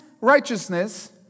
righteousness